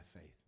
faith